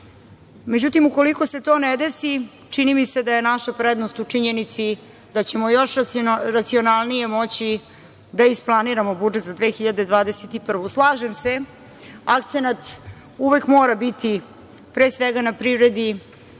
Međutim, ukoliko se to ne desi, čini mi se da je naša prednost u činjenici da ćemo još racionalnije moći da isplaniramo budžet za 2021. godinu. Slažem se, akcenat uvek mora biti pre svega na privredi,